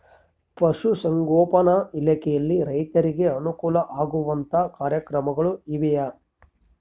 ಪಶುಸಂಗೋಪನಾ ಇಲಾಖೆಯಲ್ಲಿ ರೈತರಿಗೆ ಅನುಕೂಲ ಆಗುವಂತಹ ಕಾರ್ಯಕ್ರಮಗಳು ಇವೆಯಾ?